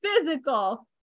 Physical